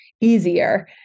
easier